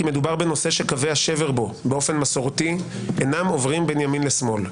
כי מדובר שקווי השבר בו באופן מסורתי אינם עוברים בין ימין לשמאל.